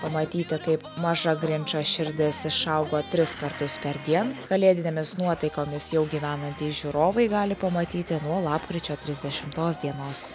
pamatyti kaip maža grinčo širdis išaugo tris kartus perdien kalėdinėmis nuotaikomis jau gyvenantys žiūrovai gali pamatyti nuo lapkričio trisdešimtos dienos